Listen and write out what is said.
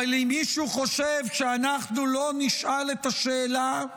אבל אם מישהו חושב שאנחנו לא נשאל את השאלה,